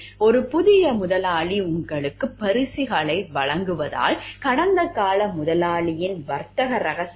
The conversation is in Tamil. ஒரு புதிய முதலாளி உங்களுக்கு பரிசுகளை வழங்குவதால் கடந்தகால முதலாளியின் வர்த்தக ரகசியத்தை புரிந்து கொள்ள லஞ்சம் கொடுக்கலாம்